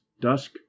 dusk